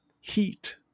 heat